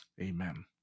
amen